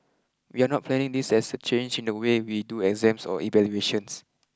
we are not planning this as a change in the way we do exams or evaluations